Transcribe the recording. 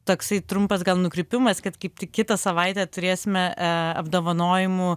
toksai trumpas gan nukrypimas kad kaip tik kitą savaitę turėsime e apdovanojimų